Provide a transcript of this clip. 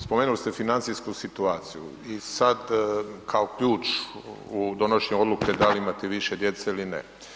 Spomenuli ste financijsku situaciju i sad kao ključ u donošenju odluke da li imati više djece ili ne.